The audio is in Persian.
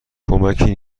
کمکی